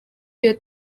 iyo